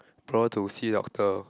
brought her to see doctor